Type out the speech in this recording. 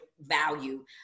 value